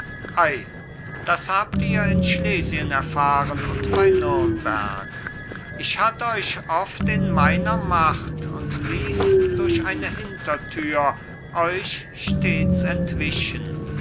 das habt ihr in schlesien erfahren und bei nürnberg ich hatt euch oft in meiner macht und ließ durch eine hintertür euch stets entwischen